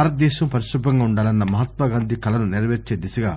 భారతదేశం పరిశుభ్రంగా ఉండాలన్న మహాత్మ గాంధీ కలను నెరపేర్చే దిశగా